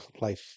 life